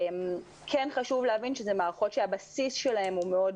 כן חשוב להבין שאלה מערכות שהבסיס שלהן הוא מאוד